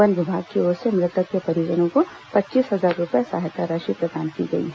one विभाग की ओर से मृतक के परिजनों को पच्चीस हजार रूपए सहायता राशि प्रदान की गई है